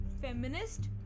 feminist